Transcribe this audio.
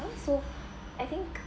now so I think